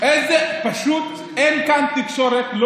פשוט אין כאן תקשורת.